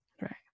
Right